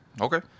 Okay